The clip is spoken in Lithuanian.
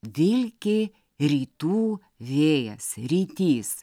vilki rytų vėjas rytys